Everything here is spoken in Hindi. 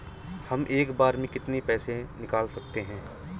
हम एक बार में कितनी पैसे निकाल सकते हैं?